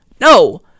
No